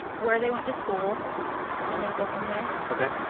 where they went to school and then go from there. yeah